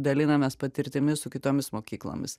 dalinamės patirtimi su kitomis mokyklomis